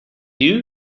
you